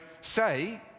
say